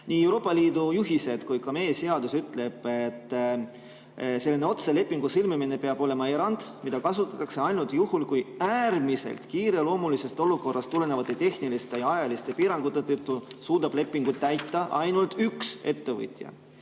Nii Euroopa Liidu juhised kui ka meie seadus ütlevad, et selline otselepingu sõlmimine peab olema erand, mida kasutatakse ainult juhul, kui äärmiselt kiireloomulisest olukorrast tulenevate tehniliste ja ajaliste piirangute tõttu suudab lepingut täita ainult üks ettevõtja.